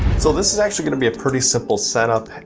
so this is actually gonna be a pretty simple setup.